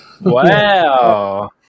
Wow